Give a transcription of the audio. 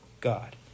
God